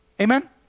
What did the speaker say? Amen